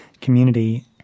community